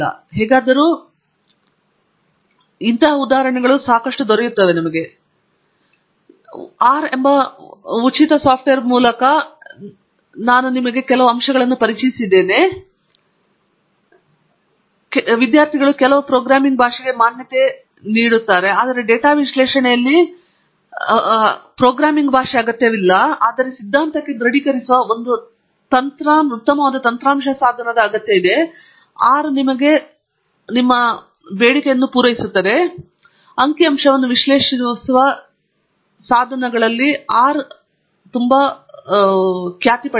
ಹೇಗಾದರೂ ಆದ್ದರಿಂದ ಆಶಾದಾಯಕವಾಗಿ ನಾನು ಈ ಉದಾಹರಣೆಗಳು ಮೂಲಕ ಆರ್ ಎಂಬ ಮಹಾನ್ ಉಚಿತ ತೆರೆದ ಮೂಲ ಸಾಫ್ಟ್ವೇರ್ ಪ್ಯಾಕೇಜ್ ಮೊದಲ ನಿಮಗೆ ಪರಿಚಯಿಸಿದೆ ಏಕೆಂದರೆ ವಿದ್ಯಾರ್ಥಿಗಳು ಕೆಲವು ವೇದಿಕೆಯಲ್ಲಿ ನೋಡಿದ ಪರಿಚಯಕ್ಕಾಗಿ ವಿನಂತಿಸಿದ ಕೆಲವು ಪ್ರೋಗ್ರಾಮಿಂಗ್ ಭಾಷೆಗೆ ಮಾನ್ಯತೆ ಆದರೆ ಡೇಟಾ ವಿಶ್ಲೇಷಣೆಯಲ್ಲಿ ಅಗತ್ಯವಿರುವ ಪ್ರೋಗ್ರಾಮಿಂಗ್ ಭಾಷೆ ಅಗತ್ಯವಿಲ್ಲ ಆದರೆ ಸಿದ್ಧಾಂತಕ್ಕೆ ದೃಢೀಕರಿಸುವ ಒಂದು ಉತ್ತಮವಾದ ತಂತ್ರಾಂಶ ಸಾಧನವಾಗಿದೆ ಮತ್ತು ಅಂಕಿಅಂಶವನ್ನು ವಿಶ್ಲೇಷಿಸುವ ವಿಶ್ವದ ವಿಶ್ಲೇಷಣೆಯಲ್ಲಿ ಅನೇಕ ಪ್ರವರ್ತಕರು R ಅನ್ನು ಬರೆಯಲಾಗಿದೆ